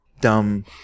dumb